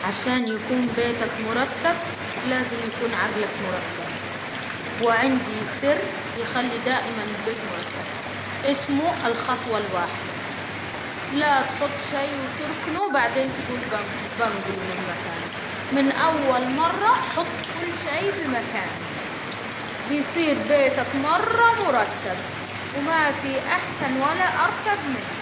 عشان يكون بيتك مرتب لازم يكون عجلك مرتب، وعندي سر يخلي دائما البيت مرتب، إسمه الخطوة الواحدة، لا تحط شيء وتركنه بعدين تقول بنق -بنقله من مكانه، من أول مرة حط كل شيء مكانه، بيصير بيتك مرة مرتب، وما في أحسن ولا أرتب منه.